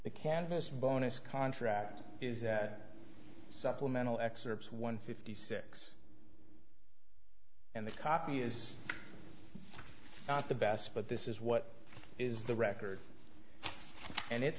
the canvas bonus contract is that supplemental excerpts one fifty six and the copy is not the best but this is what is the record and it